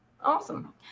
Awesome